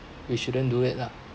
we shouldn't do it lah